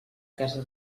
casa